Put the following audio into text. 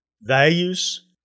values